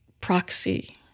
proxy